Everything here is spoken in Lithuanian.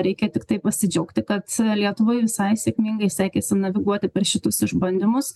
reikia tiktai pasidžiaugti kad lietuvai visai sėkmingai sekėsi naviguoti per šitus išbandymus